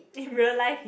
in realise